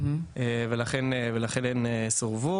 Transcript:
לכן הם קיבלו סירוב.